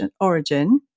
origin